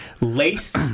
Lace